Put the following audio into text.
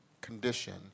condition